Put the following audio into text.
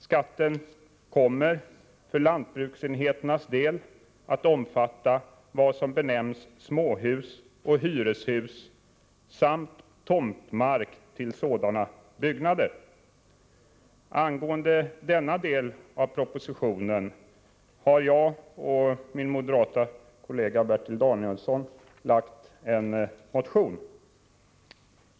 Skatten kommer för lantbruksenheternas del att omfatta sådant som benämns småhus och hyreshus samt tomtmark till sådana byggnader. Med anledning av denna del av propositionen har jag och min moderata kollega Bertil Danielsson väckt en motion.